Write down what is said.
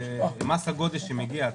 הגודש שמגיע.